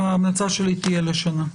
ההמלצה שלי תהיה לשנה.